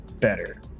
better